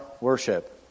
worship